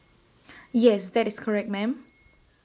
yes that's correct ma'am